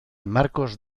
marcos